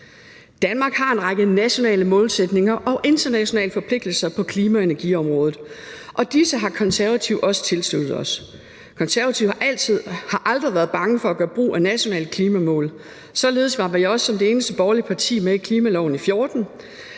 Danmark har en række nationale målsætninger og internationale forpligtelser på klima- og energiområdet, og disse har Konservative også tilsluttet sig. Konservative har aldrig været bange for at gøre brug af nationale klimamål. Således var vi som det eneste borgerlige parti også med i klimaloven i 2014,